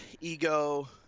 Ego